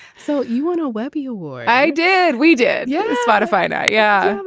so you want a web you war i did. we did yeah spotify. and yeah.